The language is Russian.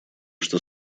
что